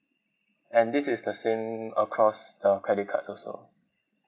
and this is the same across the credit cards also